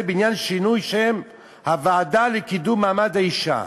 בעניין שינוי שם הוועדה לקידום מעמד האישה,